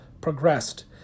progressed